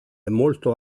molto